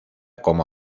como